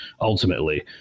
ultimately